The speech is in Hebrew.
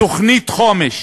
תוכנית חומש,